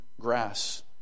grass